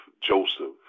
Joseph